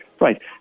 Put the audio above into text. Right